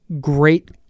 great